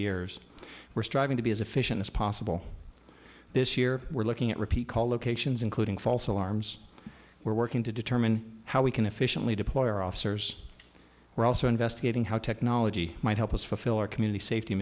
years we're striving to be as efficient as possible this year we're looking at repeat call locations including false alarms we're working to determine how we can efficiently deploy our officers were also investigating how technology might help us fulfill our community safety